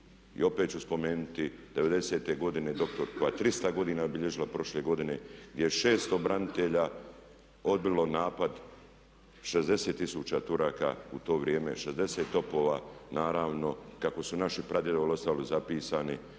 maloprije spomenuo da imamo Sinjsku alku koja je 300 godina obilježila prošle godine gdje je 600 branitelja odbilo napad 60 tisuća Turaka u to vrijeme, 60 topova. Naravno kako su naši pradjedovi ostavili zapisano